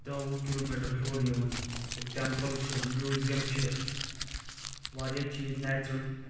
دہ وُہ kilometre ہیوٚر یِوان ییٚتہِ ٹٮ۪مپٕل چھِ میوٗزیم چھِ واریاہ چیٖز نیچرل